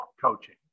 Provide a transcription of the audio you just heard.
coaching